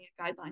guidelines